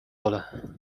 ole